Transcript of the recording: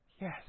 yes